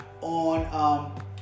on